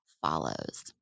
follows